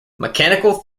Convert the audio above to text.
mechanical